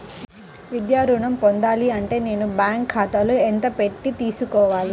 విద్యా ఋణం పొందాలి అంటే నేను బ్యాంకు ఖాతాలో ఎంత పెట్టి తీసుకోవాలి?